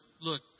look